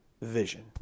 vision